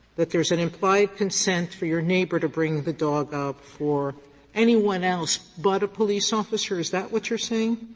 that there is an implied consent for your neighbor to bring the dog up for anyone else but a police officer. is that what you're saying?